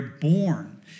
born